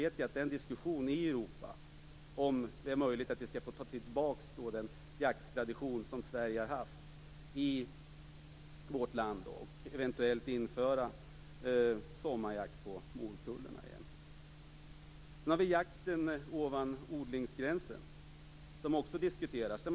Jag vet att diskussionen pågår ute i Europa om Sveriges möjligheter att få tillbaka den jakttradition som funnits i vårt land och eventuellt införa sommarjakt på morkulla igen. Jakten ovan odlingsgränsen diskuteras också.